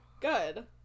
Good